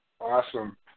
Awesome